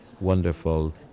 wonderful